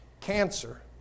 cancer